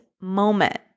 moment